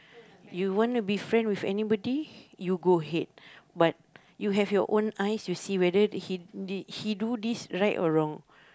you wanna be friend with anybody you go ahead but you have your own eyes you see whether he d~ he do this right or wrong